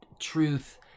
truth